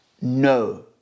No